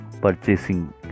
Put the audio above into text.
purchasing